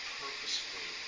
purposefully